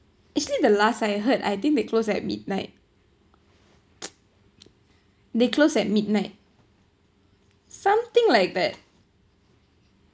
actually the last I heard I think they close at midnight they close at midnight something like that